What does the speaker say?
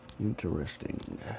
interesting